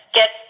get